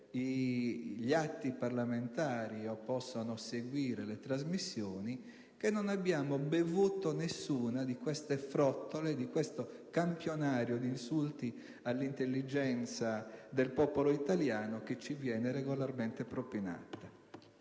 gli atti parlamentari o seguire le trasmissioni - che non abbiamo bevuto nessuna di queste frottole, di questo campionario di insulti all'intelligenza del popolo italiano che ci viene regolarmente propinato.